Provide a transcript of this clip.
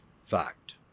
fact